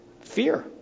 Fear